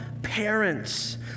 parents